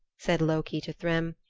said loki to thrym.